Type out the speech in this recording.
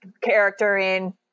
character-in